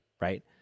right